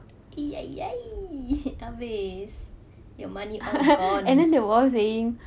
!ee! !yay! !yay! habis your money all gone